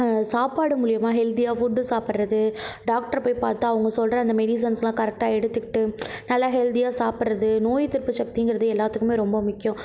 சாப்பாடு மூலியமாக ஹெல்தியாக ஃபுட்டு சாப்பிடுறது டாக்டரை போய் பார்த்து அவங்க சொல்கிற அந்த மெடிஸன்ஸ்லாம் கரெட்டாக எடுத்துக்கிட்டு நல்லா ஹெல்தியாக சாப்பிட்றது நோய் எதிர்ப்பு சக்திங்கிறது எல்லாத்துக்கும் ரொம்ப முக்கியம்